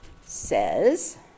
says